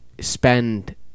spend